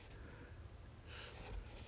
somemore if 是 Sherwin 的话 ah !wah!